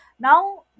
Now